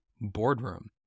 Boardroom